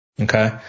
Okay